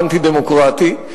והאובך האנטי-דמוקרטי,